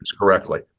correctly